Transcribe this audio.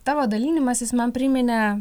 tavo dalinimasis man priminė